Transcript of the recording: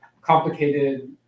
complicated